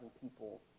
people